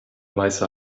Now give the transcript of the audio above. weißer